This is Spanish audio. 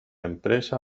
empresa